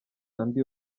andi